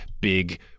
big